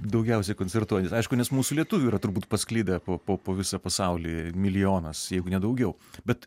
daugiausiai koncertuojantys aišku nes mūsų lietuvių yra turbūt pasklidę po po po visą pasaulį milijonas jeigu ne daugiau bet